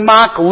Mark